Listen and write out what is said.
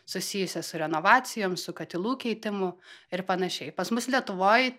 susijusią su renovacijom su katilų keitimui ir panašiai pas mus lietuvoj